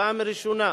פעם ראשונה,